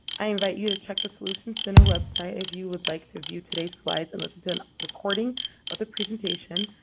i invite you to check the solutions center website if you would like to view today's slides and listen to a recording of the presentation,